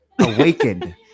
awakened